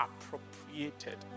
appropriated